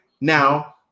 now